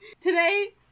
Today